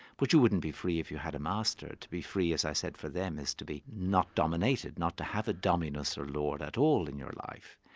but you wouldn't be free if you had a master. to be free, as i said, for them is to be not dominated, not to have a dominus or lord at all in your life.